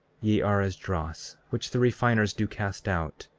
ye are as dross, which the refiners do cast out,